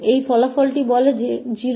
तो यह होने और हम इसे लेंगे ss0n1